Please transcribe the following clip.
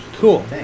Cool